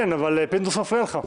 כן, אבל פינדרוס מפריע לך.